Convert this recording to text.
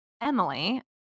Emily